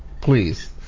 Please